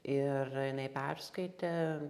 ir jinai perskaitė